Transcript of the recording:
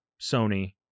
Sony